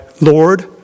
Lord